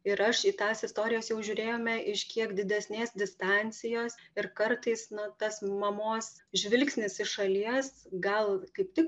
ir aš į tas istorijos jau žiūrėjome iš kiek didesnės distancijos ir kartais na tas mamos žvilgsnis į šalies gal kaip tik